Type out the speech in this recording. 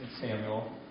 Samuel